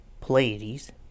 Pleiades